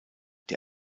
der